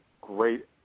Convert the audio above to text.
great